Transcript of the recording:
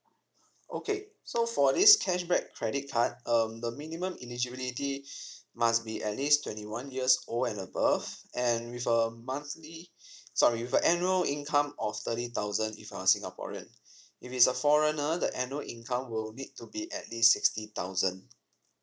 okay so for this cashback credit card um the minimum is eligibility must be at least twenty one years old and above and with a monthly sorry with a annual income of thirty thousand if you're singaporean if it's a foreigner the annual income will need to be at least sixty thousand